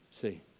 See